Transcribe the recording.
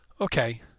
okay